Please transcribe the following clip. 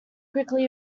quickly